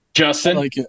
Justin